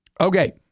Okay